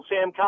Sam